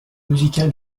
musical